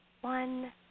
one